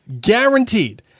guaranteed